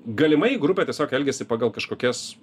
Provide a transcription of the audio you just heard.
galimai grupė tiesiog elgiasi pagal kažkokias